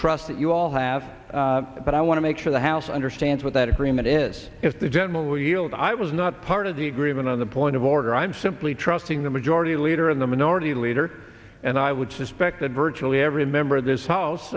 trust that you all have but i want to make sure the house understands what that agreement is if the general yield i was not part of the agreement on the point of order i'm simply trusting the majority leader in the minority leader and i would suspect that virtually every member of this house